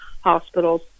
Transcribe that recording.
hospitals